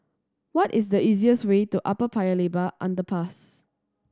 what is the easiest way to Upper Paya Lebar Underpass